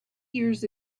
years